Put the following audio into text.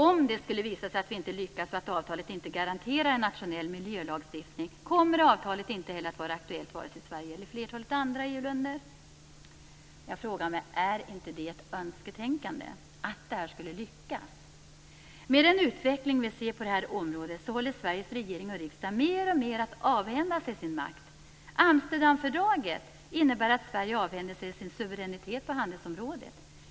Om det skulle visa sig att vi inte lyckas och att avtalet inte garanterar en nationell miljölagstiftning kommer avtalet inte heller att vara aktuellt vare sig i Sverige eller i flertalet andra EU-länder. Jag frågar mig: Är det inte ett önsketänkande att det här skulle lyckas? Med den utveckling vi ser på det här området håller Sveriges regering och riksdag på att mer och mer avhända sig sin makt. Amsterdamfördraget innebär att Sverige avhänder sig sin suveränitet på handelsområdet.